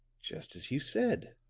just as you said,